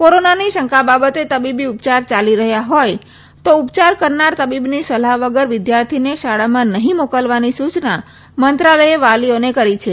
કોરોનાની શંકા બાબતે તબીબી ઉપયાર યાલી રહ્યા હોય તો ઉપયાર કરનાર તબીબની સલાહ વગર વિદ્યાર્થીને શાળામાં નહીં મોકલવાની સૂચના મંત્રાલયે વાલીઓને કરી છે